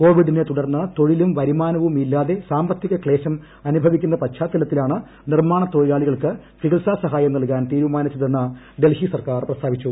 കോവിഡിനെ തുടർന്ന് തൊഴിലും വരുമാനവും ഇല്ലാതെ സാമ്പത്തിക ക്ലേശം അനുഭവിക്കുന്ന പശ്ചാത്തലത്തിലാണ് നിർമ്മാണ തൊഴിലാളികൾക്ക് ചികിത്സാ സഹായം നൽകാൻ തീരുമാനിച്ചതെന്ന് ഡൽഹി സർക്കാർ പ്രസ്താവിച്ചു